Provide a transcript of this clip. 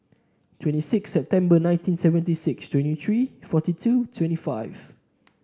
twenty six September nineteen seventy six twenty three forty two twenty five